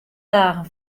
dagen